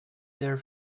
there